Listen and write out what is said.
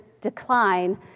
decline